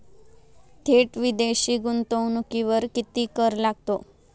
थेट विदेशी गुंतवणुकीवर किती कर लागतो?